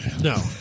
no